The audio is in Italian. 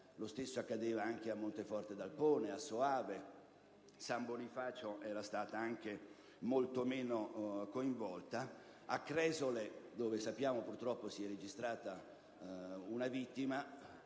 lo stesso accadeva anche a Monteforte d'Alpone, a Soave. San Bonifacio era stata molto meno coinvolta. A Cresole, dove si è purtroppo registrata una vittima,